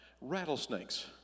rattlesnakes